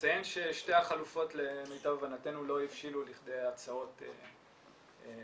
נציין ששתי החלופות למיטב הבנתנו לא הבשילו לכדי הצעות ליישום.